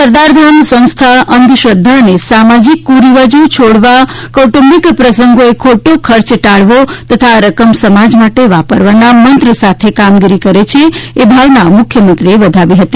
સરદારધામ સંસ્થા અંધશ્રદ્ધા અને સામાજીક કુરીવાજો છોડવા કૌટુંબીક પ્રસંગોએ ખોટો ખર્ચ ટાળવો તથા આ રકમ સમાજ માટે વાપરવાના મંત્ર સાથે કામગીરી કરે છે એ ભાવનાને મુખ્યમંત્રીએ વધાવી હતી